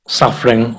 suffering